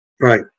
Right